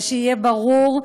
ושיהיה ברור,